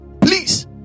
please